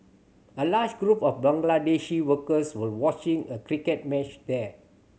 a large group of Bangladeshi workers were watching a cricket match there